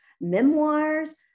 memoirs